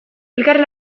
elkarri